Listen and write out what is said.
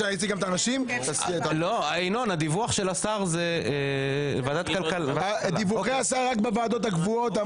דיווחי השר זה רק בוועדות הקבועות.